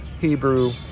Hebrew